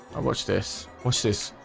i watch this. what's this?